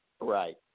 right